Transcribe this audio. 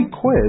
quiz